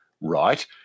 right